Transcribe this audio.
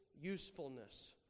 usefulness